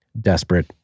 desperate